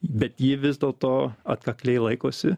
bet ji vis dėlto atkakliai laikosi